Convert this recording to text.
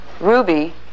Ruby